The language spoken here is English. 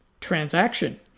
transaction